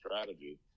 strategy